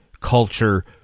culture